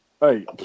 Hey